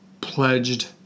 pledged